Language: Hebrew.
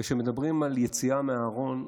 וכשמדברים על יציאה מהארון,